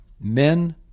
men